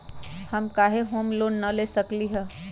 हम काहे home loan न ले सकली ह?